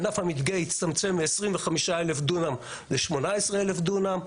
ענף המדגה הצטמצם מ-25,000 דונם ל-18,000 דונם.